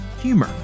humor